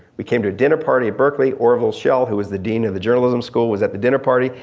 we came to a dinner party at berkeley, orville shell who's the dean of the journalism school was at the dinner party.